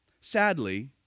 Sadly